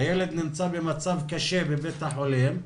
הילד נמצא במצב קשה בבית החולים,